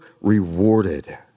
rewarded